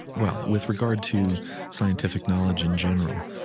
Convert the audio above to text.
well, with regard to scientific knowledge in general,